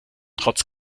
trotz